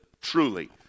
truly